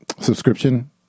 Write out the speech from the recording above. subscription